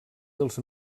dels